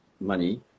money